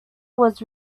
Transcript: was